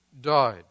died